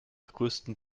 größten